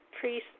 Priest